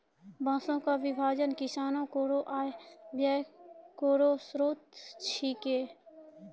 बांसों क विभाजन किसानो केरो आय व्यय केरो स्रोत छिकै